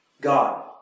God